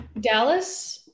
dallas